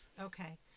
Okay